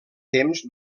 temps